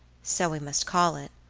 so we must call it,